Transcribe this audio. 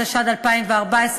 התשע"ד 2014,